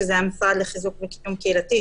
שזה המשרד לחיזוק וקידום קהילתי,